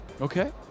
okay